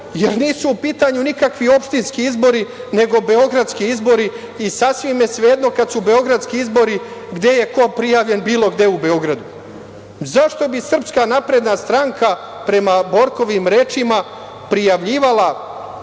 jer nisu u pitanju nikakvi opštinski izbori, nego beogradski izbori, i sasvim je svejedno kada su beogradski izbori gde je ko prijavljen bilo gde u Beogradu. Zašto bi SNS, prema Borkovim rečima, prijavljivala